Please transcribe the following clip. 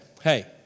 hey